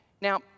Now